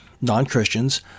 non-christians